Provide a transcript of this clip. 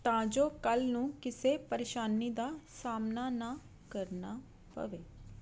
ਤਾਂ ਜੋ ਕੱਲ ਨੂੰ ਕਿਸੇ ਪਰੇਸ਼ਾਨੀ ਦਾ ਸਾਹਮਣਾ ਨਾ ਕਰਨਾ ਪਵੇ